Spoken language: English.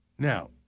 Now